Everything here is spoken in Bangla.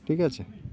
ঠিক আছে